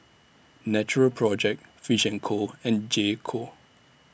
Natural Project Fish and Co and J Co